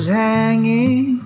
hanging